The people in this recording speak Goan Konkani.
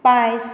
पायस